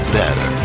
better